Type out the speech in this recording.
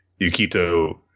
Yukito